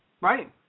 Right